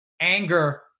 anger